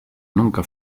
nunca